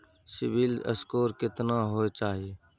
CIBIL score केतना होय चाही?